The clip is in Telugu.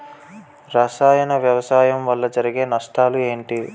రసాయన వ్యవసాయం వల్ల జరిగే నష్టాలు ఏంటి?